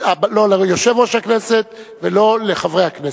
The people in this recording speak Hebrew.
לא ליושב-ראש הכנסת ולא לחברי הכנסת.